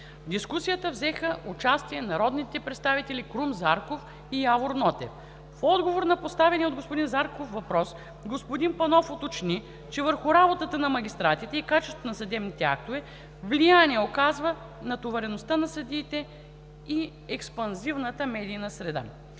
дискусията взеха участие народните представители Крум Зарков и Явор Нотев. В отговор на поставения от господин Зарков въпрос господин Панов уточни, че върху работата на магистратите и качеството на съдебните актове влияние оказват натовареността на съдиите и експанзивната медийната среда.